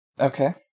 Okay